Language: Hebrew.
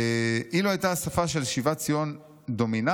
"אילו הייתה השפה של שיבת ציון דומיננטית,